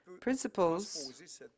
principles